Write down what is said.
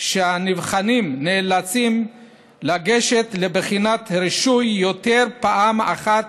שנבחנים נאלצים לגשת לבחינת רישוי יותר מפעם אחת,